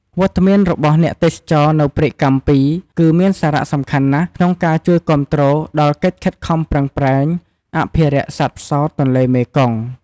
វត្តមានរបស់អ្នកទេសចរនៅព្រែកកាំពី គឺមានសារៈសំខាន់ណាស់ក្នុងការជួយគាំទ្រដល់កិច្ចខិតខំប្រឹងប្រែងអភិរក្សសត្វផ្សោតទន្លេមេគង្គ ។